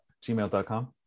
Gmail.com